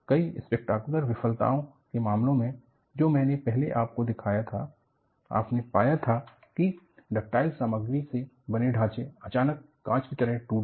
कई स्पेक्टाकुलर विफलताओं के मामलों मे जो मैंने पहले आपको दिखाया था आपने पाया था कि डक्टाइल सामग्री से बने ढांचे अचानक कांच की तरह टूट गए